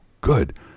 good